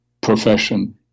profession